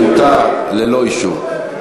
מותר ללא אישור.